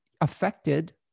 affected